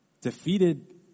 defeated